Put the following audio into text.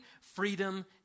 freedom